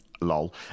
lol